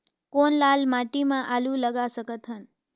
कौन लाल माटी म आलू लगा सकत हन?